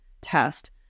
test